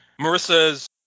Marissa's